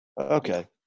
Okay